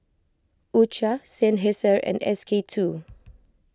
U Cha Seinheiser and S K two